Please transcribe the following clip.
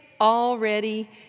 already